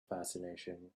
fascination